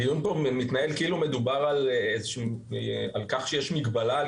מתנהל כאילו מדובר על כך שיש מגבלה על